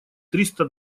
триста